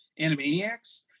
Animaniacs